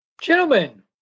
Gentlemen